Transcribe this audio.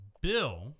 bill